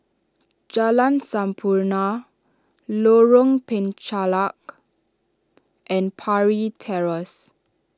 Jalan Sampurna Lorong Penchalak and Parry Terrace